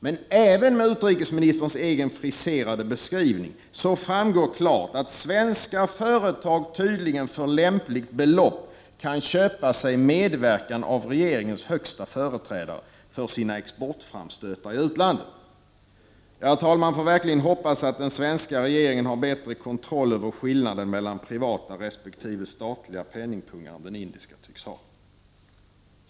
Men även med utrikesministerns egen friserade beskrivning framgår klart att svenska företag för lämpligt belopp kan köpa sig medverkan av regeringens högsta företrädare för sina exportframstötar i utlandet. Herr talman! Man får verkligen hoppas att den svenska regeringen har bättre kontroll över skillnaden mellan privata resp. statliga penningpungar än den indiska tycks ha!